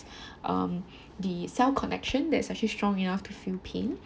um the cell connection that's actually strong enough to feel pain